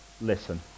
listen